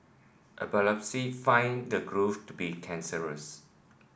a biopsy found the growth to be cancerous